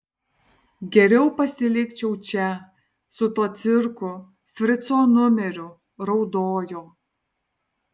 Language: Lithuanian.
geriau pasilikčiau čia su tuo cirku frico numeriu raudojo